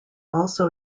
also